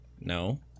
No